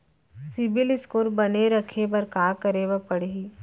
CIBIL score बने रखे बर का करे पड़ही?